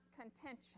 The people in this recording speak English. contention